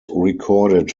recorded